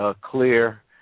clear